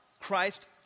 Christ